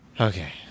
Okay